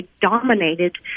dominated